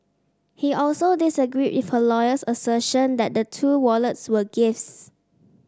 he also disagreed with her lawyer's assertion that the two wallets were gifts